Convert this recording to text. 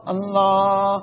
Allah